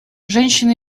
женщины